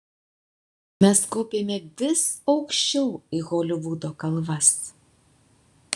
mes kopėme vis aukščiau į holivudo kalvas